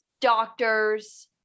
doctors